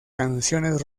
canciones